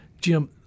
Jim